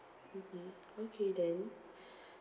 mmhmm okay then